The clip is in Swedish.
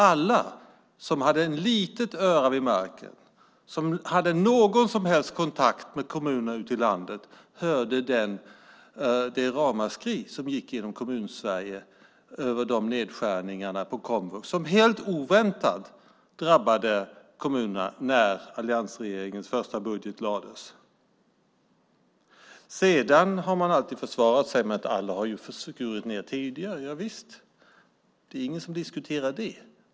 Alla som hade ett litet öra vid marken och som hade någon som helst kontakt med kommunerna ute i landet hörde det ramaskri som gick genom Kommunsverige över de nedskärningar på komvux som helt oväntat drabbade kommunerna när alliansregeringens första budget lades fram. Sedan har regeringen alltid försvarat sig med att alla har skurit ned tidigare. Visst är det så. Det är ingen som diskuterar det.